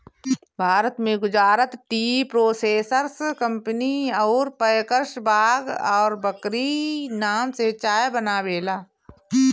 भारत में Gujarat tea processors company अउर packers Bagh और बकरी नाम से चाय बनावेला